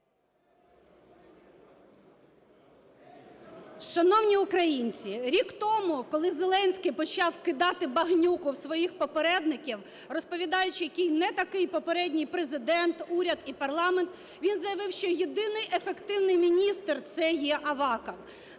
Шановні українці, рік тому, коли Зеленський почав кидати багнюку в своїх попередників, розповідаючи, який не такий попередній Президент, уряд і парламент, він заявив, що єдиний ефективний міністр – це є Аваков.